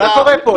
מה קורה פה?